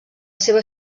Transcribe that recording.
seva